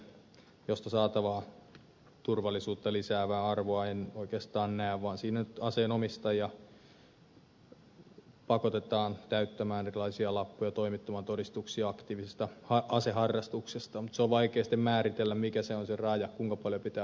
siitä saatavaa turvallisuutta lisäävää arvoa en oikeastaan näe vaan siinä nyt aseen omistaja pakotetaan täyttämään erilaisia lappuja toimittamaan todistuksia aktiivisesta aseharrastuksesta mutta se on vaikea sitten määritellä mikä se on se raja kuinka paljon pitää harrastaa